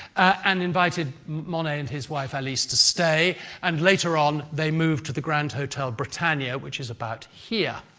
and invited monet and his wife, alice, to stay and later on, they moved to the grand hotel britannia which is about here.